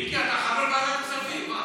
מיקי, אתה חבר ועדת כספים.